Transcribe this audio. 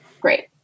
Great